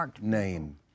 name